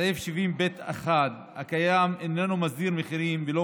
סעיף 70ב1 הקיים איננו מסדיר מחירים ולא